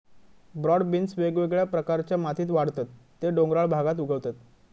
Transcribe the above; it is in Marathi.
ब्रॉड बीन्स वेगवेगळ्या प्रकारच्या मातीत वाढतत ते डोंगराळ भागात उगवतत